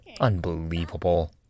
Unbelievable